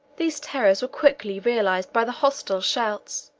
these terrors were quickly realized by the hostile shouts,